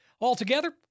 Altogether